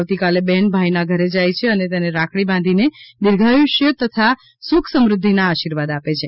આવતીકાલે બહેન ભાઇના ઘરે જાય છે અને તેને રાખડી બાંધીને દીર્ઘાયુષ્ય તથા સુખ સમૃધ્ધિના આશીર્વાદ આપે છે